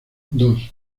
dos